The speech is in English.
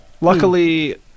Luckily